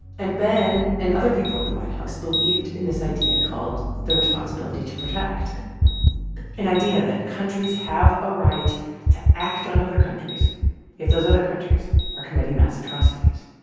and ben and other people in the white house believed in this idea called the responsibility to protect an idea that countries have a right to act on other countries if those other countries are committing mass atrocities.